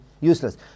Useless